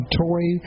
toy